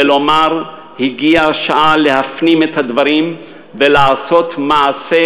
ולומר: הגיעה השעה להפנים את הדברים ולעשות מעשה,